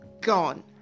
gone